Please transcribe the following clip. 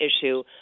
issue